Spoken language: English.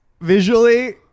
Visually